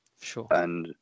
sure